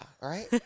right